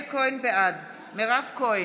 בעד מירב כהן,